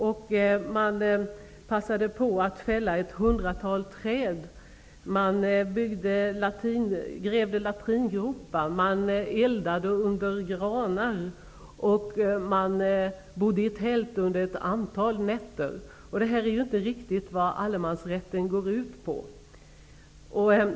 De passade på att fälla ett hundratal träd, gräva latringropar, elda under granar och bo i tält under ett antal nätter. Det är inte riktigt vad allemansrätten går ut på.